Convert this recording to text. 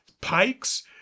pikes